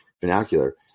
vernacular